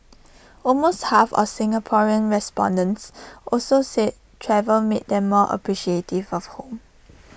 almost half of the Singaporean respondents also said travel made them more appreciative for home